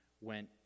went